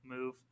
move